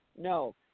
No